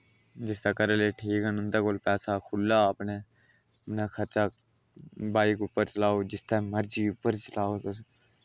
जिसदे घरा आह्ले ठीक न जिंदै कोल पैसा खुल्ला अपनै इन्ना खर्चा बाईक उप्पर लाओ जिसदै मर्जी उप्पर लाओ तुस